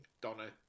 Donna